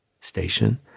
station